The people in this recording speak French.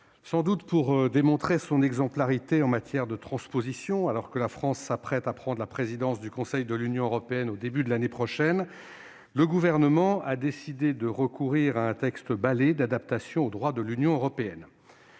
sans doute pour démontrer son exemplarité en matière de transposition, alors que la France s'apprête à prendre la présidence du Conseil de l'Union européenne au début de l'année prochaine, le Gouvernement a décidé de recourir à un « texte balai » d'adaptation au droit de l'Union européenne.